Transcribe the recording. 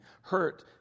hurt